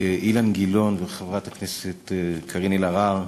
אילן גילאון וחברת הכנסת קארין אלהרר,